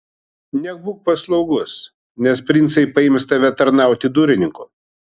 nebūk paslaugus nes princai paims tave tarnauti durininku